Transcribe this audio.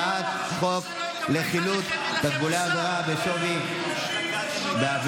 הצעת חוק לחילוט תקבולי עבירה בשווי בעבירת